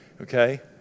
okay